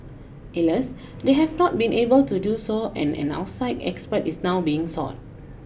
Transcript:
Alas they have not been able to do so and an outside expert is now being sought